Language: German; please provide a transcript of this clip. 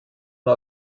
nur